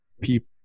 people